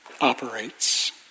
operates